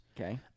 Okay